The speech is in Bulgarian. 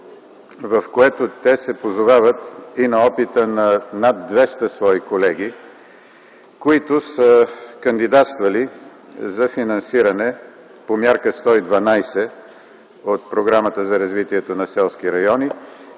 в което се позовават и на опита на над 200 свои колеги, кандидатствали за финансиране по мярка 112 от Програмата за развитие на селските райони